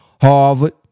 Harvard